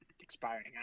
expiring